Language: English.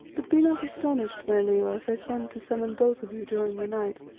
but be not astonished, my leo, if i send to summon both of you during the night,